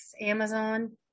amazon